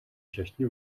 шашны